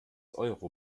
euro